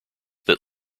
that